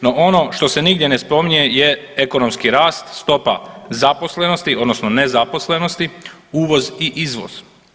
No ono što se nigdje ne spominje je ekonomski rast, stopa zaposlenosti odnosno nezaposlenosti, uvoz i izvoz.